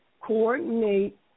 coordinate